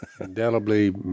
indelibly